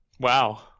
Wow